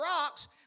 rocks